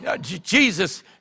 Jesus